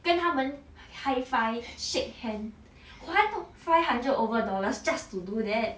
跟他们 high five shake hand 还 five hundred over dollars just to do that